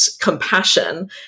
compassion